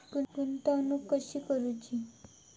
गुंतवणूक कशी करूची?